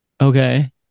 Okay